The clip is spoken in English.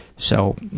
so,